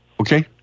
Okay